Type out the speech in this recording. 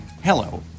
Hello